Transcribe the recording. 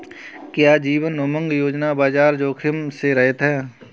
क्या जीवन उमंग योजना बाजार जोखिम से रहित है?